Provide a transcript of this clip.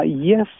Yes